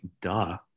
duh